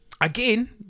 again